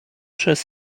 przez